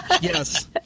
yes